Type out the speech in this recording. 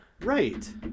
Right